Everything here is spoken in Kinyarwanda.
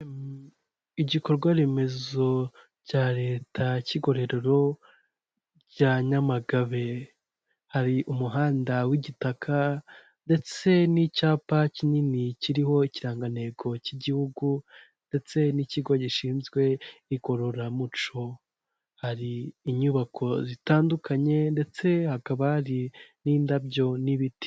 Igikorwa remezo cya leta ki'igororo rya Nyamagabe hari umuhanda w'igitaka ndetse n'icyapa kinini kiriho ikirangagantego cy'igihugu ndetse n'ikigo gishinzwe igororamuco, hari inyubako zitandukanye ndetse hakaba hari n'indabyo n'ibiti.